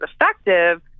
effective